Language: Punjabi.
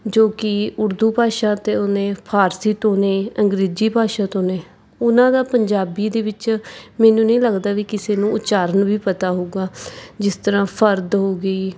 ਜੋ ਕਿ ਉਰਦੂ ਭਾਸ਼ਾ ਅਤੇ ਉਹਨੇ ਫਾਰਸੀ ਤੋਂ ਨੇ ਅੰਗਰੇਜ਼ੀ ਭਾਸ਼ਾ ਤੋਂ ਨੇ ਉਹਨਾਂ ਦਾ ਪੰਜਾਬੀ ਦੇ ਵਿੱਚ ਮੈਨੂੰ ਨਹੀਂ ਲੱਗਦਾ ਵੀ ਕਿਸੇ ਨੂੰ ਉਚਾਰਨ ਵੀ ਪਤਾ ਹੋਵੇਗਾ ਜਿਸ ਤਰ੍ਹਾਂ ਫਰਦ ਹੋ ਗਈ